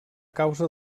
causa